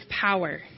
power